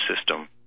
system